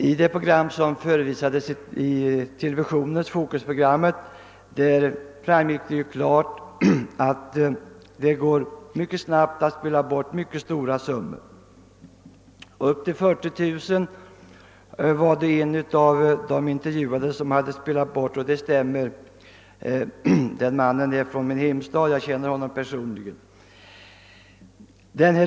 Av programmet Fokus i TV framgick det klart att det går mycket snabbt att spela bort mycket stora summor. Upp till 40 000 kronor uppgavs en av de intervjuade ha spelat bort, och det stämmer; den mannen är från min hemstad och jag känner honom personligen.